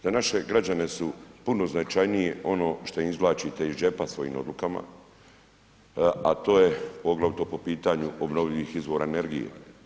Za naše građane su puno značajnije ono što im izvlačite iz džepa svojim odlukama, a to je poglavito po pitanju obnovljivih izvora energije.